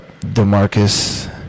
DeMarcus